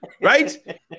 Right